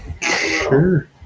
Sure